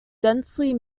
densely